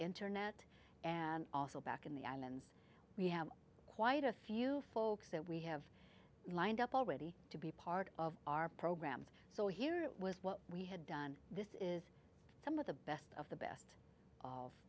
internet and also back in the islands we have quite a few folks that we have lined up already to be part of our program so here it was what we had done this is some of the best of the best of